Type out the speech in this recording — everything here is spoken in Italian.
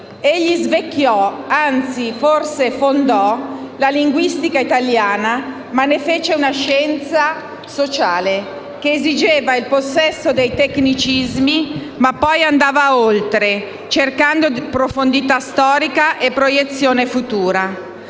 Egli svecchiò, anzi forse fondò, la linguistica italiana, ma ne fece una scienza sociale, che esigeva il possesso dei tecnicismi ma poi andava oltre, cercando profondità storica e proiezione futura.